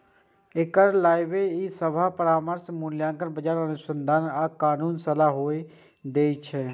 एकर अलावे ई सभ परामर्श, मूल्यांकन, बाजार अनुसंधान आ कानूनी सलाह सेहो दै छै